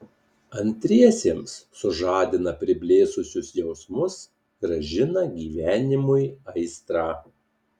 antriesiems sužadina priblėsusius jausmus grąžina gyvenimui aistrą